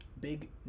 big